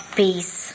peace